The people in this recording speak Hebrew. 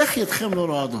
איך ידיכם לא רועדות?